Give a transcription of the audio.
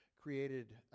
created